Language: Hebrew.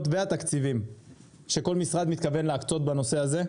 והתקציבים שכל משרד מתכוון להקצות בנושא הזה.